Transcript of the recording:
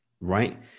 Right